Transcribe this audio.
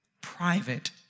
private